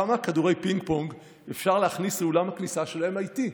כמה כדורי פינג-פונג אפשר להכניס לאולם הכניסה של MIT?